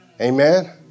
Amen